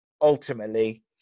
ultimately